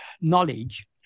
knowledge